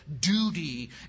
duty